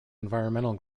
environmental